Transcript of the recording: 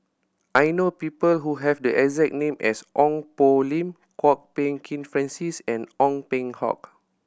I know people who have the exact name as Ong Poh Lim Kwok Peng Kin Francis and Ong Peng Hock